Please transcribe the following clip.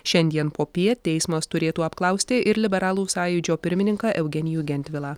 šiandien popiet teismas turėtų apklausti ir liberalų sąjūdžio pirmininką eugenijų gentvilą